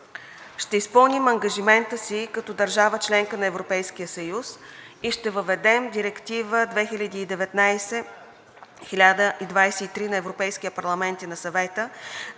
Ще изпълним ангажимента си като държава – членка на Европейския съюз, и ще въведем Директива 2019/1023 на Европейския парламент и на Съвета